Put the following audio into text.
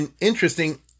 interesting